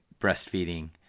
breastfeeding